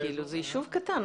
ישוב קטן.